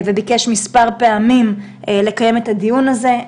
וביקש מספר פעמים לקיים את הדיון הזה,